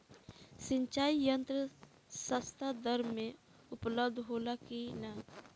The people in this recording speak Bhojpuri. सिंचाई यंत्र सस्ता दर में उपलब्ध होला कि न?